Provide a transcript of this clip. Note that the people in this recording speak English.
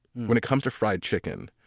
when it comes to fried chicken,